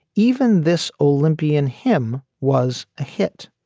even this olympian hymn was a hit.